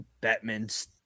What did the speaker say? Batman's